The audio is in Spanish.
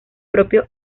propio